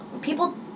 people